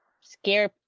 scare